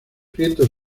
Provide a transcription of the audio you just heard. prieto